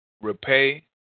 repay